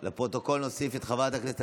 רבותיי חברי הכנסת,